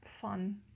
fun